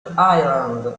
island